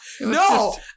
No